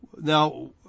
Now